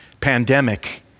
pandemic